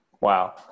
Wow